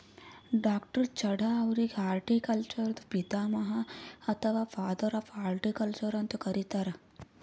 ಡಾ.ಚಢಾ ಅವ್ರಿಗ್ ಹಾರ್ಟಿಕಲ್ಚರ್ದು ಪಿತಾಮಹ ಅಥವಾ ಫಾದರ್ ಆಫ್ ಹಾರ್ಟಿಕಲ್ಚರ್ ಅಂತ್ ಕರಿತಾರ್